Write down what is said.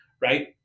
right